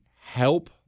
help